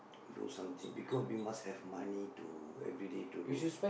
do something because we must have money to everyday to role